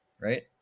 right